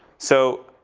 so,